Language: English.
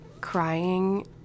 crying